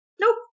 nope